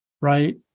right